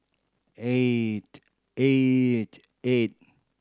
eight eight eight